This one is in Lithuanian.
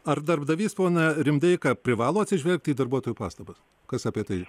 ar darbdavys pone rimdeika privalo atsižvelgti į darbuotojų pastabas kas apie tai